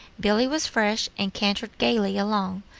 billy was fresh, and cantered gayly along,